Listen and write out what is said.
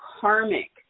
karmic